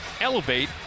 elevate